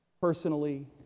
Personally